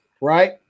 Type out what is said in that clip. right